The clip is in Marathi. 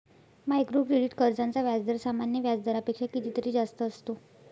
मायक्रो क्रेडिट कर्जांचा व्याजदर सामान्य व्याज दरापेक्षा कितीतरी जास्त असतो